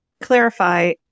clarify